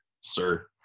sir